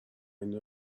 این